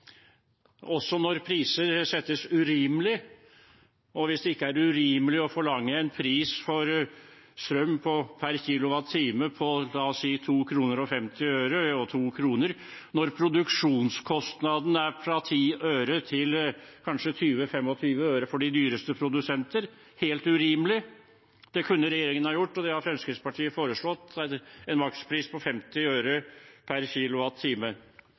også når priser settes urimelig. Å forlange en pris for strøm per kWh på la oss si 2,50 kr og 2 kr, når produksjonskostnadene er fra 10øre opp til kanskje 20–25 øre for de dyreste produsentene, er helt urimelig. Så makspris kunne regjeringen ha innført, og det har Fremskrittspartiet foreslått – en makspris på 50 øre per